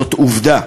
זאת עובדה,